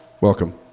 Welcome